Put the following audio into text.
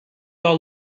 all